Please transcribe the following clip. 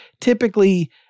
typically